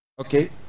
okay